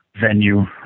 venue